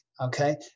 Okay